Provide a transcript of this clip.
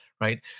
Right